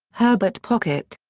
herbert pocket.